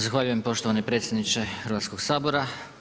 Zahvaljujem poštovani predsjedniče Hrvatskog sabora.